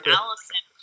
Allison